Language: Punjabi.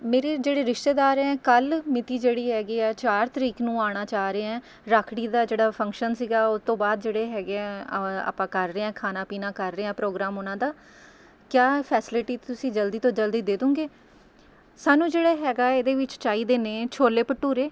ਮੇਰੇ ਜਿਹੜੇ ਰਿਸ਼ਤੇਦਾਰ ਹੈ ਕੱਲ੍ਹ ਮਿਤੀ ਜਿਹੜੀ ਹੈਗੀ ਹੈ ਚਾਰ ਤਰੀਕ ਨੂੰ ਆਉਣਾ ਚਾਹ ਰਹੇ ਆ ਰੱਖੜੀ ਦਾ ਜਿਹੜਾ ਫੰਕਸ਼ਨ ਸੀਗਾ ਉਤੋਂ ਬਾਅਦ ਜਿਹੜੇ ਹੈਗੇ ਆ ਆਪਾਂ ਕਰ ਰਹੇ ਖਾਣਾ ਪੀਣਾ ਕਰ ਰਹੇ ਹਾਂ ਪ੍ਰੋਗਰਾਮ ਉਹਨਾਂ ਦਾ ਕਿਆ ਫੈਸੇਲਿਟੀ ਤੁਸੀਂ ਜਲਦੀ ਤੋਂ ਜਲਦੀ ਦੇ ਦੋਂਗੇ ਸਾਨੂੰ ਜਿਹੜਾ ਹੈਗਾ ਏ ਇਹਦੇ ਵਿੱਚ ਚਾਹੀਦੇ ਨੇ ਛੋਲੇ ਭਟੂਰੇ